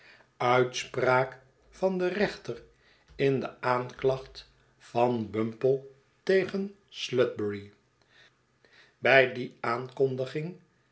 uitspraak van den rechter in de aanklacht van bumple tegen sludberry bij die aankondiging